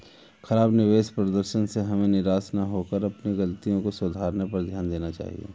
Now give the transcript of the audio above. खराब निवेश प्रदर्शन से हमें निराश न होकर अपनी गलतियों को सुधारने पर ध्यान देना चाहिए